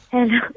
Hello